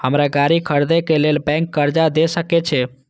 हमरा गाड़ी खरदे के लेल बैंक कर्जा देय सके छे?